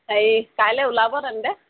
হেৰি কাইলৈ ওলাব তেন্তে